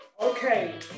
Okay